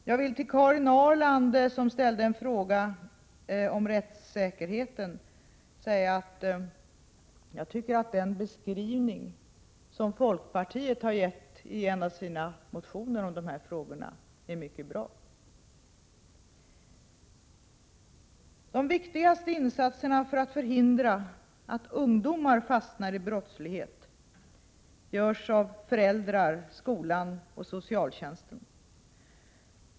Jag vill till Karin Ahrland, som ställde en fråga om rättssäkerheten, säga att jag tycker att den beskrivning som folkpartiet har gjort i en av sina motioner om dessa frågor är mycket bra. De viktigaste insatserna för att förhindra att ungdomar fastnar i brottslighet görs av föräldrar, skolan och socialtjänsten.